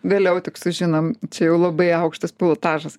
vėliau tik sužinom čia jau labai aukštas pilotažas